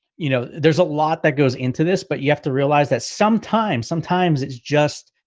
you know, there's a lot that goes into this, but you have to realize that sometimes sometimes it's just,